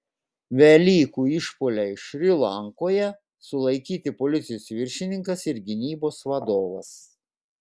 velykų išpuoliai šri lankoje sulaikyti policijos viršininkas ir gynybos vadovas